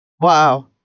Wow